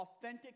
Authentic